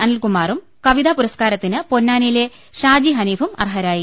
അനിൽ കുമാറും കവിതാ പുരസ്ക്കാരത്തിന് പൊന്നാനിയിലെ ഷാജി ഹനീഫും അർഹരായി